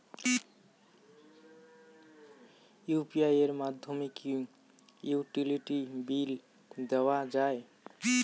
UPI এর মাধ্যমে কি ইউটিলিটি বিল দেওয়া যায়?